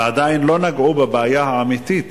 ועדיין לא נגעו בבעיה האמיתית